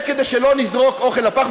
וכדי שלא נזרוק אוכל לפח,